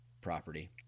property